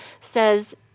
says